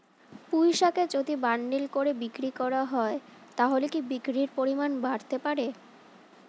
পুঁইশাকের যদি বান্ডিল করে বিক্রি করা হয় তাহলে কি বিক্রির পরিমাণ বাড়তে পারে?